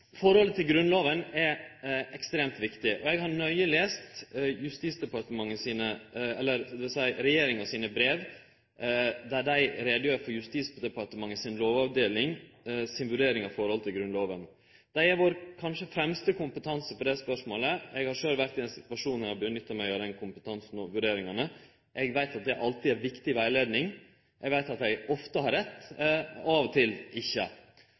Forholdet til Grunnlova er ekstremt viktig, og eg har nøye lese regjeringas brev, der ein gjer greie for Justisdepartementets lovavdelings vurdering av forholdet til Grunnlova. Dei er vår kanskje fremste kompetanse på det spørsmålet. Eg har sjølv vore i ein situasjon der eg har gjort meg nytte av den kompetansen og dei vurderingane. Eg veit at det alltid er viktig rettleiing. Eg veit at dei ofte har rett, og av og til ikkje.